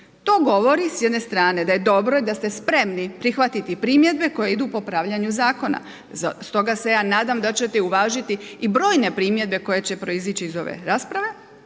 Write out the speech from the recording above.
To govori s jedne strane da je dobro i da ste spremni prihvatiti primjedbe koje idu popravljanju zakona. Stoga se ja nadam da ćete uvažiti i brojne primjedbe koje će proizići iz ove rasprave,